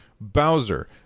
Bowser